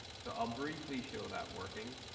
so i'll briefly show that working.